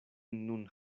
nun